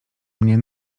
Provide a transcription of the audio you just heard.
mnie